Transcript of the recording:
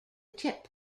tip